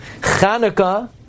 Chanukah